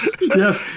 Yes